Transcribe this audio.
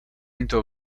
into